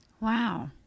Wow